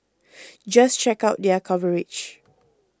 just check out their coverage